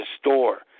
store